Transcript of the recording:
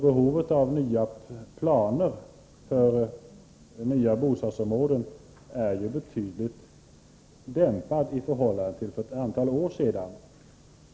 Behovet av nya planer för nya bostadsområden är betydligt dämpat i förhållande till situationen för ett antal år sedan.